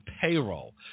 payroll